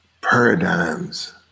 paradigms